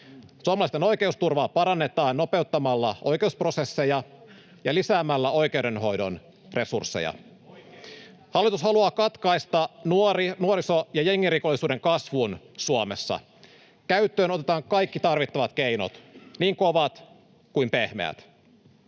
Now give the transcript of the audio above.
Suomalaisten oikeusturvaa parannetaan nopeuttamalla oikeusprosesseja ja lisäämällä oikeudenhoidon resursseja. [Perussuomalaisten ryhmästä: Oikein!] Hallitus haluaa katkaista nuoriso- ja jengirikollisuuden kasvun Suomessa. Käyttöön otetaan kaikki tarvittavat keinot, niin kovat kuin pehmeät.